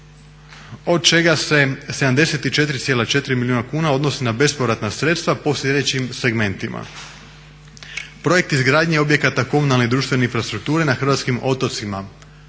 od čega se 74,4 milijuna kuna odnosi na bespovratna sredstva po sljedećim segmentima. Projekt izgradnje objekata komunalne i društvene infrastrukture na hrvatskim otocima,